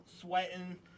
sweating